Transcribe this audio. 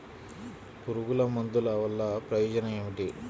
పురుగుల మందుల వల్ల ప్రయోజనం ఏమిటీ?